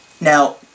Now